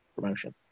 promotion